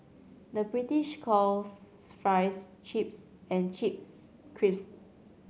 the British calls fries chips and chips crisps